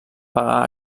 pagar